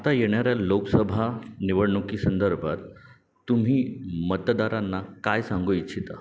आता येणाऱ्या लोकसभा निवडणुकीसंदर्भात तुम्ही मतदारांना काय सांगू इच्छिता